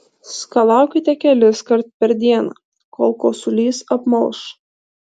skalaukite keliskart per dieną kol kosulys apmalš